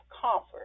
comfort